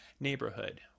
neighborhood